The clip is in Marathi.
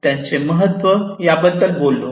त्याचे महत्त्व याबद्दल बोललो